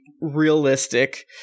realistic